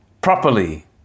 properly